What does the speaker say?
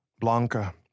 Blanca